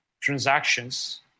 transactions